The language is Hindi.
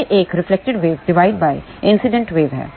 यह एक reflected wave divided by incident wave है